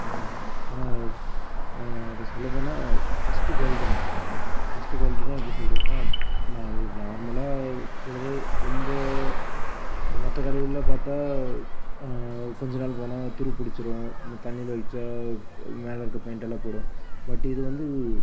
ஆனால் அது சொல்ல போனால் ஃபஸ்ட்டு குவாலிட்டிங்க ஃபஸ்ட்டு குவாலிட்டினா எப்படி சொல்கிறதுன்னா நா நார்மலாக இருக்கிறதே ரொம்ப மற்ற கடையிலேலாம் பார்த்தா கொஞ்சம் நாள் போனால் துரு புடிச்சிடும் தண்ணியில் வெச்சா மேலே இருக்க பெயிண்ட்டெல்லாம் போய்விடும் பட் இது வந்து